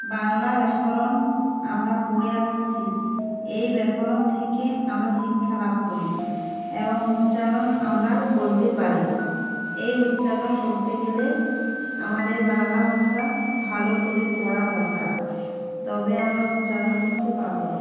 বাংলা ব্যাকরণ আমরা পড়ে আসছি এই ব্যাকরণ থেকে আমরা শিক্ষা লাভ করি এবং উচ্চারণ আমরা করতে পারি এই উচ্চারণ করতে গেলে আমাদের বাংলা ভাষা ভালো করে পড়া দরকার তবে আমরা উচ্চারণ করতে পারবো